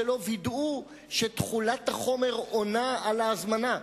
שלא וידאו שתכולת החומר עונה על ההזמנה.